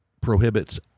prohibits